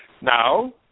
Now